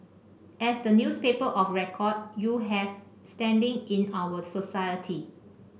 as the newspaper of record you have standing in our society